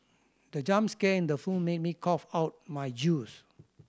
the jump scare in the film made me cough out my juice